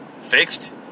fixed